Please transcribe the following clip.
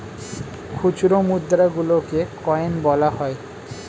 খুচরো মুদ্রা গুলোকে কয়েন বলা হয়